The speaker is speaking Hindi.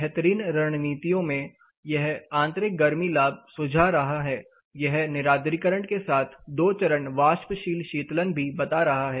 बेहतरीन रणनीतियों में यह आंतरिक गर्मी लाभ सुझा रहा है यह निरार्द्रीकरण के साथ दो चरण वाष्पशील शीतलन भी बता रहा है